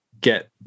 get